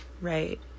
right